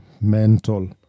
mental